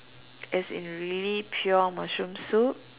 as in really pure mushroom soup